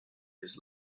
his